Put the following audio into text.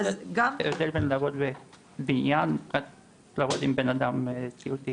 יש איזה הבדל בין לעבוד בבניין לבין לעבוד עם בנאדם סיעודי.